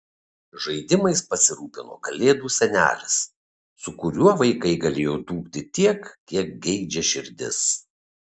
žaidimais pasirūpino kalėdų senelis su kuriuo vaikai galėjo dūkti tiek kiek geidžia širdis